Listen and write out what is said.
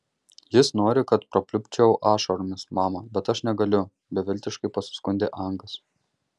jis nori kad prapliupčiau ašaromis mama bet aš negaliu beviltiškai pasiskundė angas